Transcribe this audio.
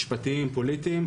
משפטיים ופוליטיים.